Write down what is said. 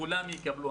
כולם יקבלו.